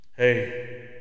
Hey